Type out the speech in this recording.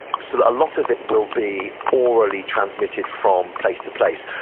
so a lot of it will be orally transmitted from place to place.